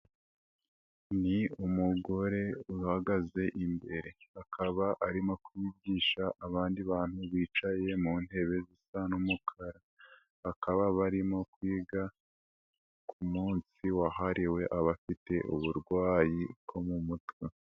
Ni umugore uhagaze imbere, akaba arimo kwigisha abandi bantu bicaye mu ntebe zisa n'umukara, bakaba barimo kwiga ku munsi wahariwe abafite uburwayi bwo mu mutwe.